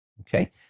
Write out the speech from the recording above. Okay